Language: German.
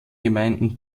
gemeinden